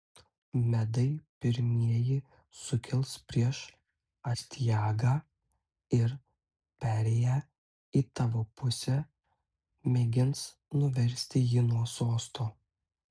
medai pirmieji sukils prieš astiagą ir perėję į tavo pusę mėgins nuversti jį nuo sosto